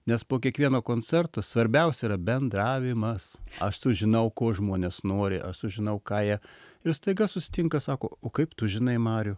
nes po kiekvieno koncerto svarbiausia yra bendravimas aš sužinau ko žmonės nori aš sužinau ką jie ir staiga susitinka sako o kaip tu žinai marių